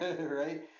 right